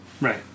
Right